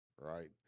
right